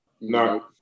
No